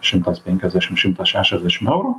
šimtas penkiasdešim šimtas šešiasdešim eurų